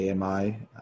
AMI